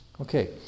Okay